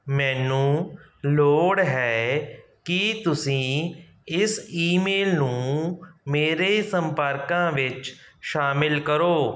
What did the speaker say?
ਮੈਨੂੰ ਲੋੜ ਹੈ ਕਿ ਤੁਸੀਂ ਇਸ ਈਮੇਲ ਨੂੰ ਮੇਰੇ ਸੰਪਰਕਾਂ ਵਿੱਚ ਸ਼ਾਮਿਲ ਕਰੋ